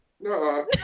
no